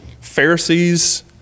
Pharisees